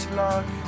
luck